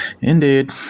Indeed